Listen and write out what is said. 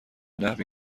نحوی